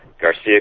Garcia